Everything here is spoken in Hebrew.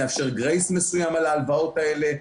לאפשר גרייס מסוים על ההלוואות האלה.